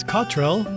Cottrell